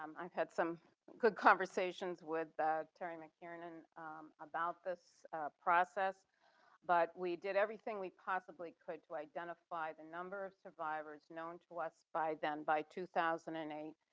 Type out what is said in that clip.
um i've had some good conversations with terry mckiernan about this process but we did everything we possibly could to identify the number of survivors known to us by them by two thousand and eight,